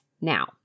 Now